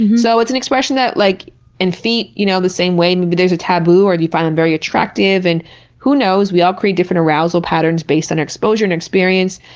and so it's an expression that, like in feet, you know the same way, maybe there's a taboo, or you find them very attractive. and who knows? we all create different arousal patterns based on exposure and experience.